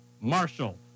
Marshall